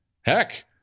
heck